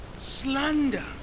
slander